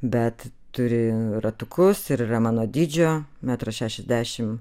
bet turi ratukus ir yra mano dydžio metro šešiasdešimt